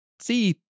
see